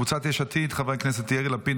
קבוצת סיעת יש עתיד: חברי הכנסת יאיר לפיד,